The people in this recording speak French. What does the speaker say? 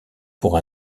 pour